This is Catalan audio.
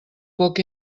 poc